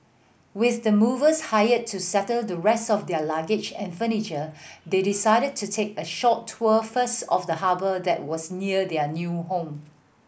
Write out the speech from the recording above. with the movers hired to settle the rest of their luggage and furniture they decided to take a short tour first of the harbour that was near their new home